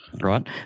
Right